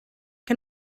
can